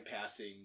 passing